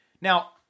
Now